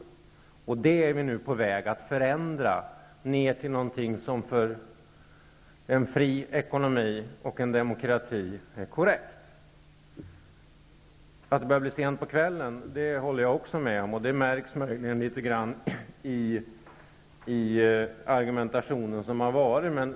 I denna fråga är vi nu på väg mot en förändring till något som för en fri ekonomi och en demokrati är korrekt. Jag håller med om att det börjar bli sent på kvällen, och det märks möjligen litet grand i argumentationen.